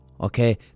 okay